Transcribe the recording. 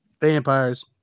vampires